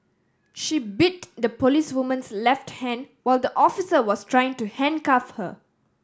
she bit the policewoman's left hand while the officer was trying to handcuff her